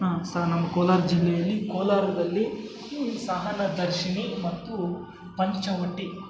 ಹಾಂ ಸಾ ನಮ್ಮ ಕೋಲಾರ ಜಿಲ್ಲೆಯಲ್ಲಿ ಕೋಲಾರದಲ್ಲಿ ಈ ಸಹನದರ್ಶಿನಿ ಮತ್ತೂ ಪಂಚವಟಿ